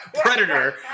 Predator